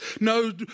No